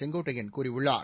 செங்கோட்டையன் கூறியுள்ளார்